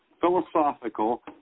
philosophical